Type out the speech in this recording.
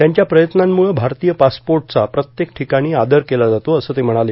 त्यांच्या प्रयत्नांमुळं भारतीय पासपोर्टचा प्रत्येक ठिकाणी आदर केला जातो असं ते म्हणाले